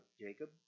Jacob